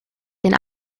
den